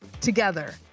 together